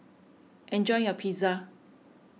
enjoy your Pizza